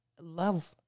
love